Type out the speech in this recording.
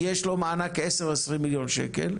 יש מענק של 10-20 מיליון ₪,